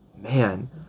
man